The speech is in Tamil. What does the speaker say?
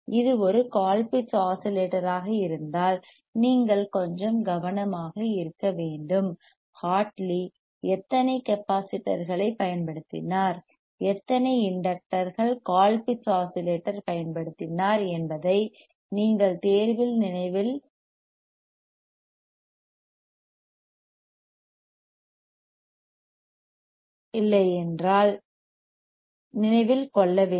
இது ஒரு கோல்பிட்ஸ் ஆஸிலேட்டராக இருந்தால் நீங்கள் கொஞ்சம் கவனமாக இருக்க வேண்டும் ஹார்ட்லி எத்தனை கெப்பாசிட்டர்களைப் பயன்படுத்தினார் எத்தனை இண்டக்டர்கள் கோல்பிட்ஸ் ஆஸிலேட்டர் பயன்படுத்தினார் என்பதை நீங்கள் தேர்வில் நினைவில் கொள்ள வேண்டும்